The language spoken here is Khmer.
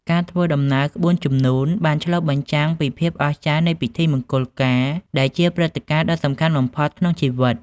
ការធ្វើដំណើរក្បួនជំនូនបានឆ្លុះបញ្ចាំងពីភាពអស្ចារ្យនៃពិធីមង្គលការដែលជាព្រឹត្តិការណ៍ដ៏សំខាន់បំផុតក្នុងជីវិត។